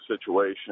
situation